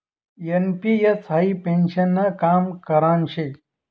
NPS हाई पेन्शननं काम करान शे